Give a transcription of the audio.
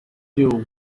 you